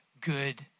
good